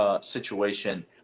situation